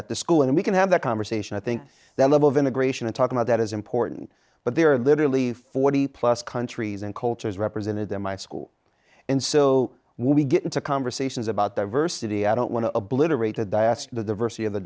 at the school and we can have that conversation i think the level of integration and talk about that is important but there are literally forty plus countries and cultures represented in my school and so we get into conversations about diversity i don't want to obliterate a diaster the diversity